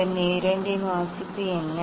vernier 2 இன் வாசிப்பு என்ன